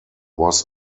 was